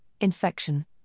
infection